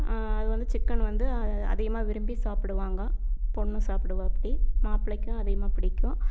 அது வந்து சிக்கன் வந்து அதிகமாக விரும்பி சாப்புடுவாங்க பொண்ணு சாப்புடுவாப்புடி மாப்பிள்ளைக்கும் அதிகமாக பிடிக்கும்